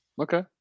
Okay